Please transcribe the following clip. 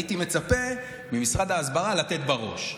הייתי מצפה ממשרד ההסברה לתת בראש.